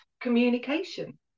communication